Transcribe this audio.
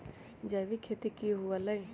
जैविक खेती की हुआ लाई?